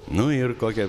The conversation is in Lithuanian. nu ir kokie